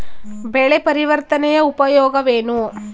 ಬೆಳೆ ಪರಿವರ್ತನೆಯ ಉಪಯೋಗವೇನು?